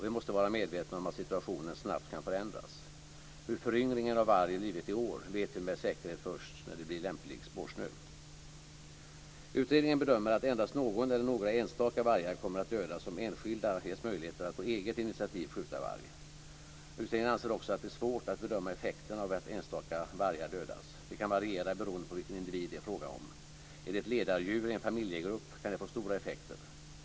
Vi måste vara medvetna om att situationen snabbt kan förändras. Hur föryngringen av varg blivit i år vet vi med säkerhet först när det blir lämplig spårsnö. Utredningen bedömer att endast någon eller några enstaka vargar kommer att dödas, om enskilda ges möjlighet att på eget initiativ skjuta varg. Utredningen anser också att det är svårt att bedöma effekterna av att enstaka vargar dödas. De kan variera beroende på vilken individ det är fråga om. Är det ett ledardjur i en familjegrupp kan det få stora effekter.